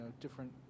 different